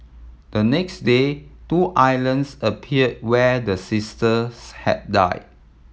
the next day two islands appeared where the sisters had died